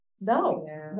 no